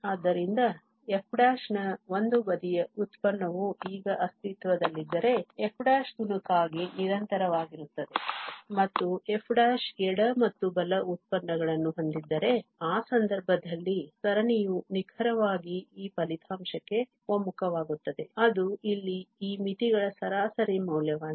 ಆದ್ದರಿಂದ f ನ ಒಂದು ಬದಿಯ ವ್ಯುತ್ಪನ್ನವು ಈಗ ಅಸ್ತಿತ್ವದಲ್ಲಿದ್ದರೆ f ತುಣುಕಾಗಿ ನಿರಂತರವಾಗಿರುತ್ತದೆ ಮತ್ತು f ಎಡ ಮತ್ತು ಬಲ ಉತ್ಪನ್ನಗಳನ್ನು ಹೊಂದಿದ್ದರೆ ಆ ಸಂದರ್ಭದಲ್ಲಿ ಸರಣಿಯು ನಿಖರವಾಗಿ ಈ ಫಲಿತಾಂಶಕ್ಕೆ ಒಮ್ಮುಖವಾಗುತ್ತದೆ ಅದು ಇಲ್ಲಿ ಈ ಮಿತಿಗಳ ಸರಾಸರಿ ಮೌಲ್ಯವಾಗಿದೆ